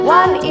one